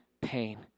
pain